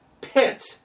pit